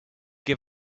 give